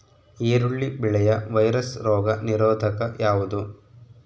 ಈರುಳ್ಳಿ ಬೆಳೆಯ ವೈರಸ್ ರೋಗ ನಿರೋಧಕ ಯಾವುದು?